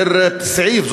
פר-סעיף,